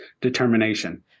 determination